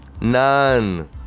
None